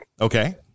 Okay